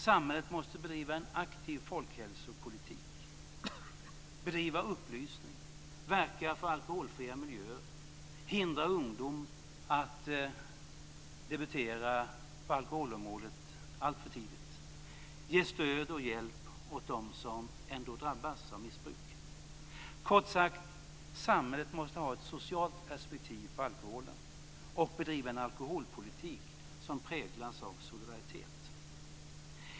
Samhället måste bedriva en aktiv folkhälsopolitik - bedriva upplysning, verka för alkoholfria miljöer, hindra ungdom att debutera på alkoholområdet alltför tidigt samt ge stöd och hjälp åt dem som ändå drabbas av missbruk. Kort sagt: Samhället måste ha ett socialt perspektiv på alkoholen och bedriva en alkoholpolitik som präglas av solidaritet.